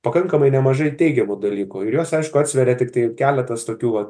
pakankamai nemažai teigiamų dalykų ir juos aišku atsveria tiktai keletas tokių va